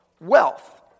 wealth